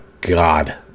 God